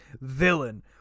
villain